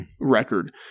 record